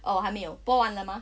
哦还没有播完了吗